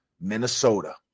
minnesota